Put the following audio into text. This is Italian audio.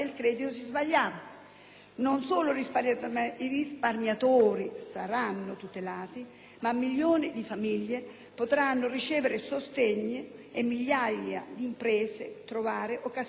Non solo i risparmiatori saranno tutelati, ma milioni di famiglie potranno ricevere sostegno e migliaia di imprese trovare occasione di nuovo sviluppo.